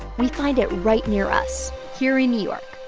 we find it right near us, here in new york,